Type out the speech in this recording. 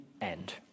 end